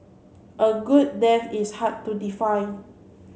a good death is hard to define